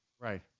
Right